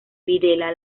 videla